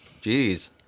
Jeez